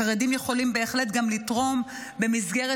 החרדים יכולים בהחלט גם לתרום במסגרת